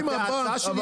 רגע,